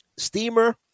Steamer